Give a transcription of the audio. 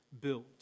built